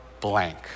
blank